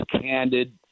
candid